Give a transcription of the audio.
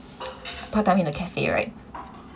part time in a cafe right